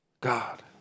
God